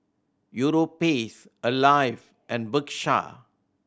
Europace Alive and Bershka